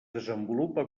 desenvolupa